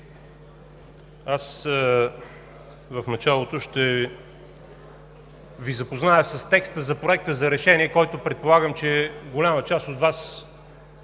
Аз в началото ще Ви запозная с текста на Проекта на решение, на който, предполагам, че голяма част от Вас